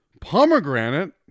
Pomegranate